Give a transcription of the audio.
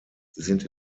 sind